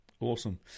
Awesome